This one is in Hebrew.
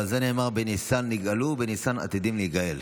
ועל זה נאמר: "בניסן נגאלו ובניסן עתידין להיגאל".